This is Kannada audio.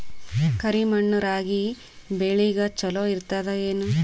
ಕರಿ ಮಣ್ಣು ರಾಗಿ ಬೇಳಿಗ ಚಲೋ ಇರ್ತದ ಏನು?